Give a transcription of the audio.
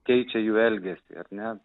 keičia jų elgesį ar ne